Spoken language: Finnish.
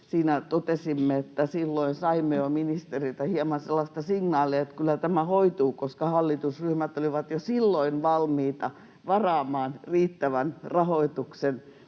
siinä totesimme, että silloin saimme jo ministeriltä hieman sellaista signaalia, että kyllä tämä hoituu, koska hallitusryhmät olivat jo silloin valmiita varaamaan riittävän rahoituksen